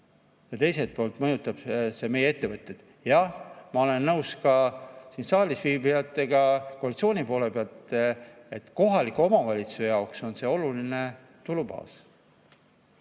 ja teiselt poolt mõjutab see meie ettevõtjaid. Jah, ma olen nõus ka siin saalis viibijatega koalitsiooni poolelt, et kohaliku omavalitsuse jaoks on see oluline tulubaas.